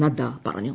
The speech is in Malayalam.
നദ്ദ പറഞ്ഞു